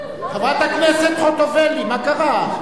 חברת הכנסת חוטובלי, מה קרה?